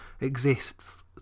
exists